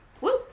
Woo